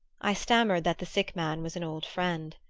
i stammered that the sick man was an old friend.